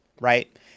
right